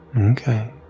okay